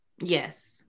yes